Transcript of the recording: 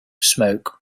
smoke